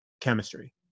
chemistry